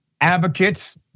advocates